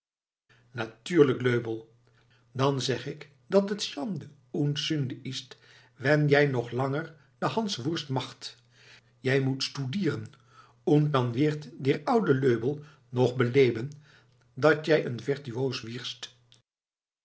natuurlijk löbell dan zeg ik dat het sjande oend sünde ist wenn jij nog langer den hanswoerscht macht jij moet stoedeeren oend dan wird der ouwe löbell nog beleven dat jij een virtuoos wirst